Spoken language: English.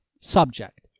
subject